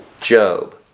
Job